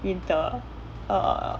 winter err